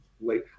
late